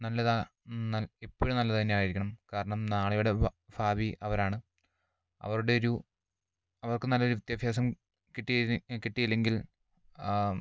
നല്ലതാണ് എന്നാൽ എപ്പോഴും നല്ലത് തന്നെ ആയിരിക്കണം കാരണം നാളയുടെ ഭാവി അവരാണ് അവർടെരു അവർക്ക് നല്ലൊരു വിദ്യാഭ്യാസം കിട്ടിയില്ലെങ്കിൽ